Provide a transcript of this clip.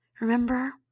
Remember